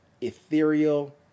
ethereal